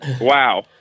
Wow